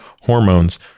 hormones